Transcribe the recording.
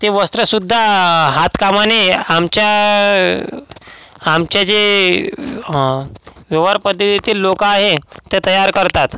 ते वस्त्रसुद्धा हातकामाने आमच्या आमच्या जे व्यवहार पद्धतीतील लोकं आहे ते तयार करतात